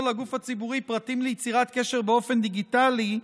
לגוף הציבורי פרטים ליצירת קשר באופן דיגיטלי,